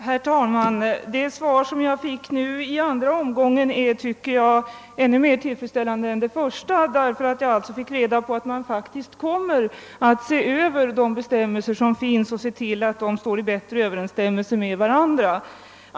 Herr talman! Det svar som jag fick i andra omgången tycker jag är ännu mer tillfredsställande än det första, eftersom jag nu fick reda på att man faktiskt kommer att se över de bestämmelser som finns så att de kommer i bättre överensstämmelse med varandra.